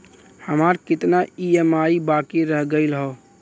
हमार कितना ई ई.एम.आई बाकी रह गइल हौ?